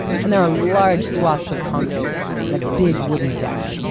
and there are large swaths of concrete and a big wooden deck.